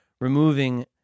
removing